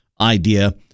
idea